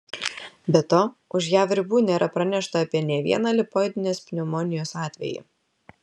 be to už jav ribų nėra pranešta apie nė vieną lipoidinės pneumonijos atvejį